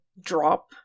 drop